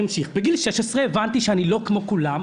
בגיל 16 הבנתי שאני לא כמו כולם.